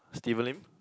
Steven Lim